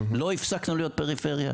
לא הפסקנו להיות פריפריה,